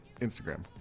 Instagram